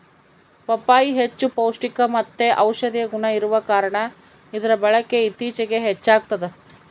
ಪಪ್ಪಾಯಿ ಹೆಚ್ಚು ಪೌಷ್ಟಿಕಮತ್ತೆ ಔಷದಿಯ ಗುಣ ಇರುವ ಕಾರಣ ಇದರ ಬಳಕೆ ಇತ್ತೀಚಿಗೆ ಹೆಚ್ಚಾಗ್ತದ